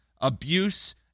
abuse